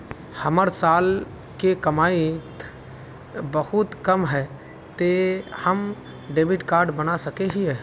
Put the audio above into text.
हमर साल के कमाई ते बहुत कम है ते हम डेबिट कार्ड बना सके हिये?